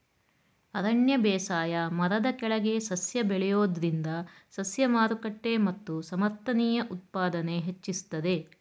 ಅರಣ್ಯ ಬೇಸಾಯ ಮರದ ಕೆಳಗೆ ಸಸ್ಯ ಬೆಳೆಯೋದ್ರಿಂದ ಸಸ್ಯ ಮಾರುಕಟ್ಟೆ ಮತ್ತು ಸಮರ್ಥನೀಯ ಉತ್ಪಾದನೆ ಹೆಚ್ಚಿಸ್ತದೆ